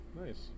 Nice